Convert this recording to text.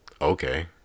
okay